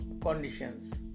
conditions